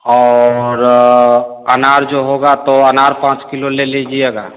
और अनार जो होगा तो अनार पाँच किलो ले लीजिएगा